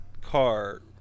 car